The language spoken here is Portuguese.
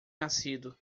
nascido